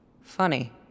Funny